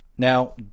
Now